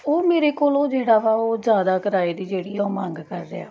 ਉਹ ਮੇਰੇ ਕੋਲੋਂ ਜਿਹੜਾ ਵਾ ਉਹ ਜ਼ਿਆਦਾ ਕਿਰਾਏ ਦੀ ਜਿਹੜੀ ਆ ਉਹ ਮੰਗ ਕਰ ਰਿਹਾ ਵਾ